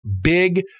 big